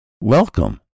welcome